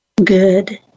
Good